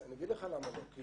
אני אגיד לך למה לא, כי